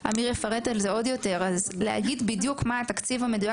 שגם אמיר יפרט על זה עוד יותר אז להגיד בדיוק מה התקציב המדויק